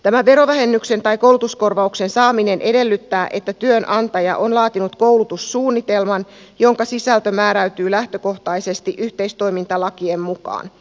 tämän verovähennyksen tai koulutuskorvauksen saaminen edellyttää että työnantaja on laatinut koulutussuunnitelman jonka sisältö määräytyy lähtökohtaisesti yhteistoimintalakien mukaan